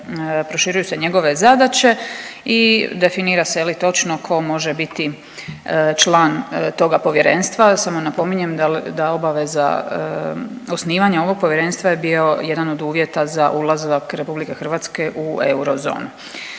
proširuju se njegove zadaće i definira se je li točno ko može biti član toga povjerenstva, samo napominjem da, da obaveza osnivanja ovog povjerenstva je bio jedan od uvjeta za ulazak RH u eurozonu.